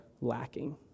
lacking